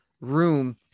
room